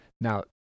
Now